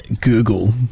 Google